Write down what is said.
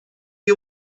you